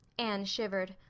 anne shivered.